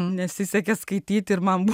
nesisekė skaityti ir man